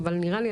אבל נראה לי,